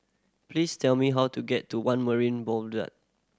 please tell me how to get to One Marin